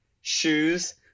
shoes